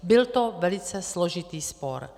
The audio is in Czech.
Byl to velice složitý spor.